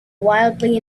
wildly